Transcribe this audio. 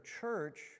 church